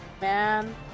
Man